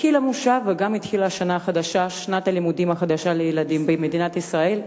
התחיל המושב וגם התחילה שנת הלימודים החדשה לילדים במדינת ישראל,